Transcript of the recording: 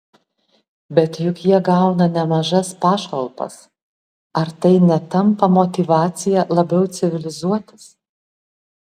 bet juk jie gauna nemažas pašalpas ar tai netampa motyvacija labiau civilizuotis